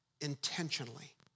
intentionally